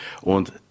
und